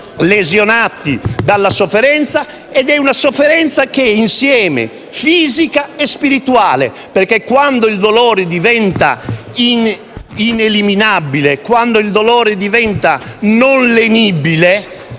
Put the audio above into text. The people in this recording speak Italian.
lesionati dalla sofferenza, una sofferenza che è insieme fisica e spirituale, perché quando il dolore diventa ineliminabile, quando diventa non lenibile,